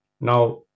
Now